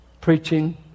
Preaching